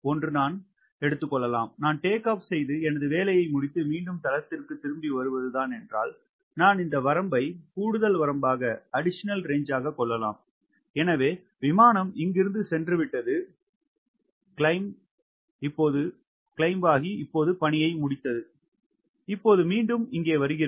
ஒன்று நான் எடுத்துக்கொள்ளலாம் நான் டேக் ஆப் செய்து எனது வேலையை முடித்து மீண்டும் தளத்திற்கு திரும்பி வருவதுதான் என்றால் நான் இந்த வரம்பை கூடுதல் வரம்பகா கொள்ளலாம் எனவே விமானம் இங்கிருந்து சென்றுவிட்டது ஏறுதல் இப்போது பணியை முடித்தது இப்போது மீண்டும் இங்கே வருகிறது